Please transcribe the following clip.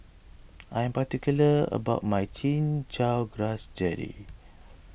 I am particular about my Chin Chow Grass Jelly